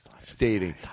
stating